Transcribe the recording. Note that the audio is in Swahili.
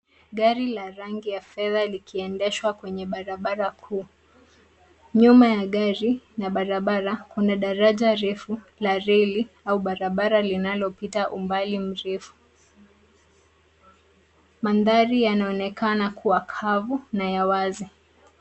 Gari la rangi ya fedha likiendeshwa kwenye barabara kuu. Nyuma ya gari, na barabara, kuna daraja refu la reli, au barabara linalopita umbali mrefu. Mandhari yanaonekana kuwa kavu, na ya wazi.